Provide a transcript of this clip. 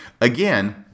Again